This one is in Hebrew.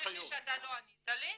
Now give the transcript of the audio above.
ודבר שלישי שלא ענית לי,